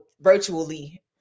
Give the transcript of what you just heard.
virtually